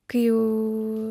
kai jau